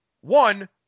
One